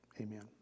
amen